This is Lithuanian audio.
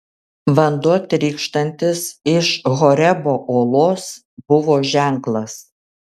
vanduo trykštantis iš horebo uolos buvo ženklas